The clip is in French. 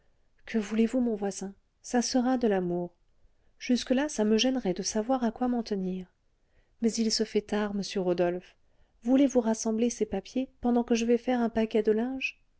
que voulez-vous mon voisin ça sera de l'amour jusque-là ça me gênerait de savoir à quoi m'en tenir mais il se fait tard monsieur rodolphe voulez-vous rassembler ces papiers pendant que je vais faire un paquet de linge